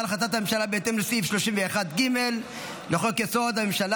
הממשלה בהתאם לסעיף 31(ג) לחוק-יסוד: הממשלה